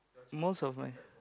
most of my